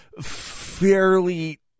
fairly